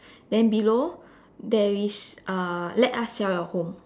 then below there is uh let us sell your home